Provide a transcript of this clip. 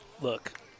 Look –